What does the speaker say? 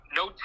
no